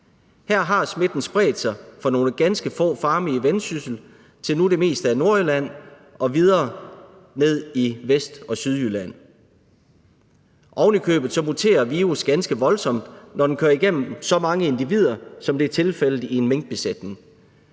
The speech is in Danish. Her har smitten spredt sig fra nogle ganske få farme i Vendsyssel til nu det meste af Nordjylland og videre ned til Vest- og Sydjylland. Ovenikøbet muterer virus ganske voldsomt, når den kommer igennem så mange individer, som det er tilfældet i en minkbesætning.